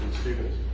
students